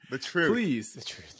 please